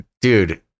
dude